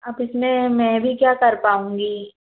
अब इसमें मैं भी क्या कर पाऊंगी